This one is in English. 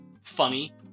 funny